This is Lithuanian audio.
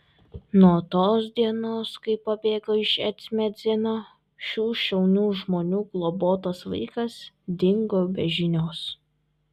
nuo tos dienos kai pabėgo iš ečmiadzino šių šaunių žmonių globotas vaikas dingo be žinios